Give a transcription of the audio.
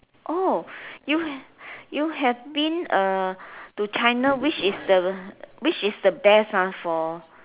oh you have you have been uh to China which is the which is the best ah for